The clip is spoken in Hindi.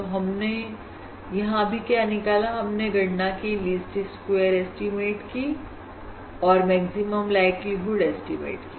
तो हमने यहां अभी क्या निकाला हमने गणना की लीस्ट स्क्वेयर एस्टीमेट और मैक्सिमम लाइक्लीहुड एस्टीमेट की